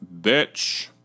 bitch